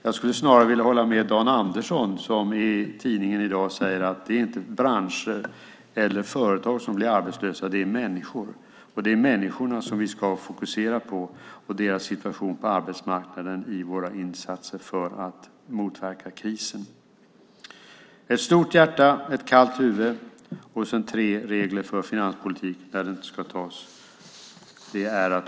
Jag skulle snarare vilja hålla med Dan Andersson som i tidningen i dag säger att det inte är branscher eller företag som blir arbetslösa utan att det är människor. Och det är människorna och deras situation på arbetsmarknaden som vi ska fokusera på i våra insatser för att motverka krisen. Det handlar alltså om att man ska ha ett stort hjärta och ett kallt huvud. Sedan är det tre regler som ska gälla när finanspolitiken ska antas.